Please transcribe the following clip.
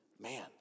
man